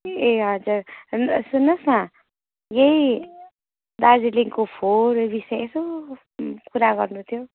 ए हजुर सुन्नुहोस् न यही दार्जिलिङको फोहोरहरू विषय यसो कुरा गर्नु थियो